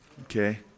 Okay